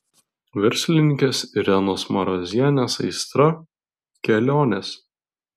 verslininkės irenos marozienės aistra kelionės